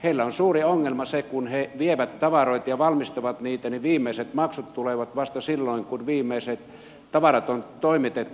heillä on suuri ongelma se että kun he vievät tavaroita ja valmistavat niitä niin viimeiset maksut tulevat vasta silloin kun viimeiset tavarat on toimitettu